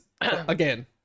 again